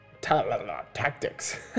tactics